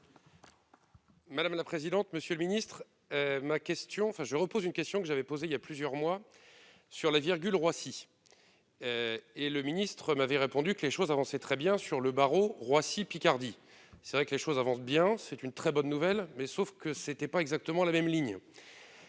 Madame la présidente, monsieur le ministre, ma question, enfin je repose une question que j'avais posée il y a plusieurs mois sur la virgule, Roissy et le ministre m'avait répondu que les choses avancent et très bien sûr le barreau Roissy-Picardie, c'est vrai que les choses avancent bien, c'est une très bonne nouvelle, mais sauf que ce n'était pas exactement la même ligne,